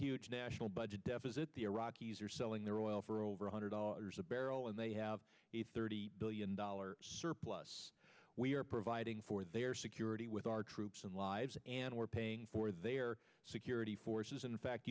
huge national budget deficit the iraqis are selling their oil for over one hundred dollars a barrel and they have a thirty billion dollars surplus we are providing for their security with our troops and lives and we're paying for their security forces in fact